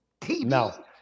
TV